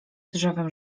drzewem